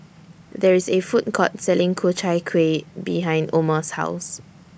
There IS A Food Court Selling Ku Chai Kuih behind Omer's House